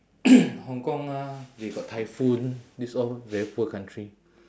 hong kong ah they got typhoon this all very poor country